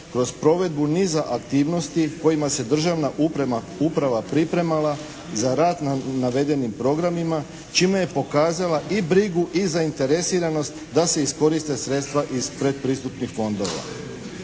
kroz provedbu niza aktivnosti kojima se državna uprava pripremala za rad na navedenim programima čime je pokazala i brigu i zainteresiranost da se iskoriste sredstva iz predpristupnih fondova.